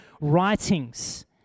writings